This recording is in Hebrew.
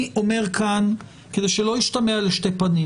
אני אומר כאן כדי שלא ישתמע לשתי פנים